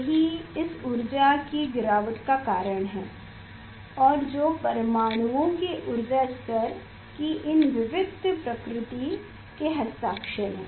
यही इस ऊर्जा की गिरावट का कारण है और जो परमाणुओं के ऊर्जा स्तर की इन विविक्त्त प्रकृति के हस्ताक्षर हैं